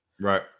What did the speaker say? right